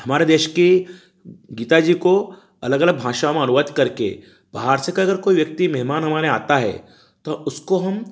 हमारे देश की गीता जी को अलग अलग भाषा में अनुवाद करके बाहर से क अगर कोई व्यक्ति मेहमान हमारे यहाँ आता है तो उसको हम